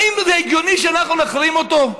האם זה הגיוני שאנחנו נחרים אותו?